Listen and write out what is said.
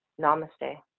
Namaste